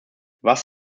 was